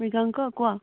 মৃগাংক কোৱা